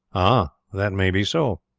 ah! that may be so,